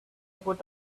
put